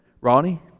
Ronnie